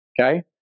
Okay